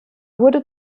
wurde